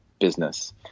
business